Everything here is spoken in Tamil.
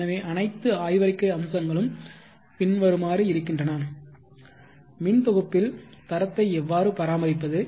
எனவே அனைத்து ஆய்வறிக்கை அம்சங்களும் பின்வருமாறு இருக்கின்றன மின் தொகுப்பில் தரத்தை எவ்வாறு பராமரிப்பது